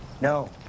No